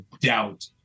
doubt